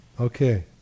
Okay